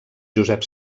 josep